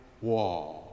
wall